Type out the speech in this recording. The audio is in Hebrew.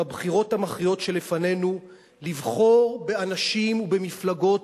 בבחירות המכריעות שלפנינו לבחור באנשים ובמפלגות